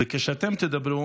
וכשאתם תדברו,